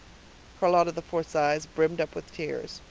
charlotta the fourth's eyes brimmed up with tears.